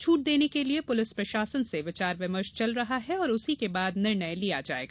छूट देने के लिये पुलिस प्रशासन से विचार विमर्श चल रहा है और उसी के बाद निर्णय लिया जाएगा